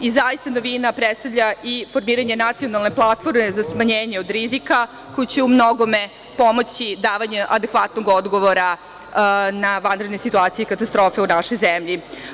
I zaista, novinu predstavlja i formiranje nacionalne platforme za smanjenje od rizika, koja će u mnogome pomoći davanje adekvatnog odgovora na vanredne situacije i katastrofe u našoj zemlji.